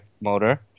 motor